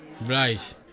Right